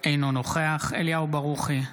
אינו נוכח אליהו ברוכי,